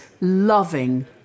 loving